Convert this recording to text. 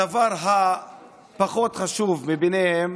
הדבר הפחות-חשוב מביניהם